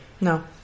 no